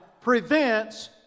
prevents